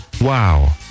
Wow